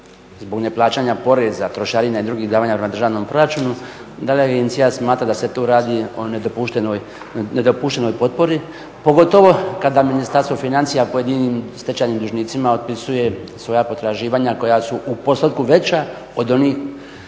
zbog neplaćanja poreza, trošarina i drugih davanja prema državnom proračunu. Da li agencija smatra da se tu radi o nedopuštenoj potpori pogotovo kada Ministarstvo financija pojedinim stečajnim dužnicima otpisuje svoja potraživanja koja su u postotku veća od onih